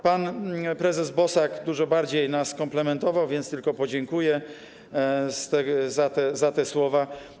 Pan prezes Bosak dużo bardziej nas komplementował, więc tylko podziękuję za te słowa.